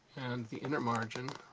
and the inner margin,